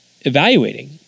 evaluating